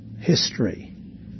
history